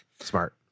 Smart